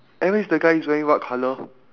anyways the guy is wearing what colour